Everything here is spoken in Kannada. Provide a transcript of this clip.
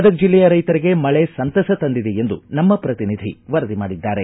ಗದಗ ಜಿಲ್ಲೆಯ ರೈತರಿಗೆ ಮಳೆ ಸಂತಸ ತಂದಿದೆ ಎಂದು ನಮ್ಮ ಪ್ರತಿನಿಧಿ ವರದಿ ಮಾಡಿದ್ದಾರೆ